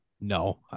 no